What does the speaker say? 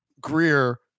Greer